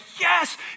yes